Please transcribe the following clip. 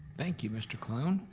thank you, mr. colon,